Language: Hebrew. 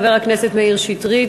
חבר הכנסת מאיר שטרית,